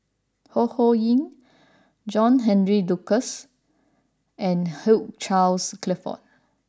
Ho Ho Ying John Henry Duclos and Hugh Charles Clifford